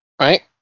right